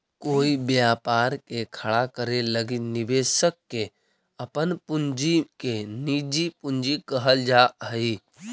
कोई व्यापार के खड़ा करे लगी निवेशक के अपन पूंजी के निजी पूंजी कहल जा हई